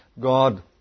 God